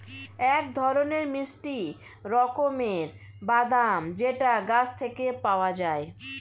এক ধরনের মিষ্টি রকমের বাদাম যেটা গাছ থেকে পাওয়া যায়